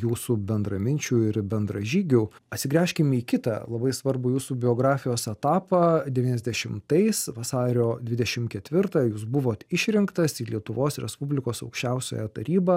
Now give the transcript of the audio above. jūsų bendraminčių ir bendražygių atsigręžkim į kitą labai svarbų jūsų biografijos etapą devyniasdešimtais vasario dvidešim ketvirtą jūs buvote išrinktas į lietuvos respublikos aukščiausiąją tarybą